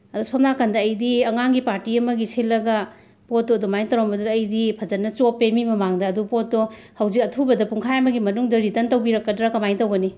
ꯁꯣꯝ ꯅꯥꯀꯟꯗ ꯑꯩꯗꯤ ꯑꯉꯥꯡꯒꯤ ꯄꯥꯔꯇꯤ ꯑꯃꯒꯤ ꯁꯤꯜꯂꯒ ꯄꯣꯠꯇꯨ ꯑꯗꯨꯃꯥꯏꯅ ꯇꯧꯔꯝꯕꯗꯨꯗ ꯑꯩꯗꯤ ꯐꯖꯅ ꯆꯣꯞꯄꯦ ꯃꯤ ꯃꯃꯥꯡꯗ ꯑꯗꯨ ꯄꯣꯠꯇꯣ ꯍꯧꯖꯤꯛ ꯑꯊꯨꯕꯗ ꯄꯨꯡꯈꯥꯏ ꯑꯃꯒꯤ ꯃꯅꯨꯡꯗ ꯔꯤꯇꯔꯟ ꯇꯧꯕꯤꯔꯛꯀꯗ꯭ꯔꯥ ꯀꯃꯥꯏꯅ ꯇꯧꯒꯅꯤ